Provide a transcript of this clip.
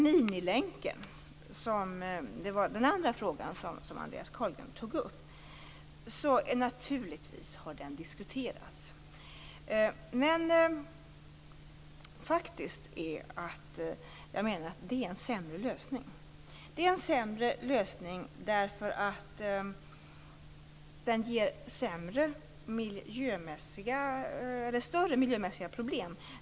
Minilänken, som var den andra fråga som Andreas Carlgren tog upp, har naturligtvis diskuterats. Men faktum är att det är en sämre lösning därför att det ger större miljömässiga problem.